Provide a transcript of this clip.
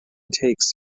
takes